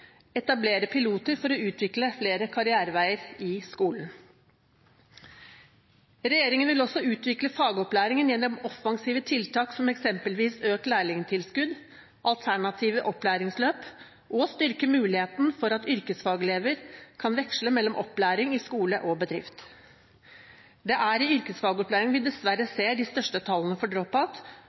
etablere piloter for å utvikle flere karriereveier i skolen Regjeringen vil også utvikle fagopplæringen gjennom offensive tiltak, som eksempelvis økt lærlingtilskudd, alternative opplæringsløp og å styrke muligheten for at yrkesfagelever kan veksle mellom opplæring i skole og bedrift. Det er i yrkesfagopplæring vi dessverre ser de største tallene for